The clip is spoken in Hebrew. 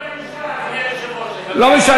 אם כן,